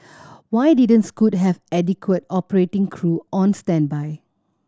why didn't Scoot have adequate operating crew on standby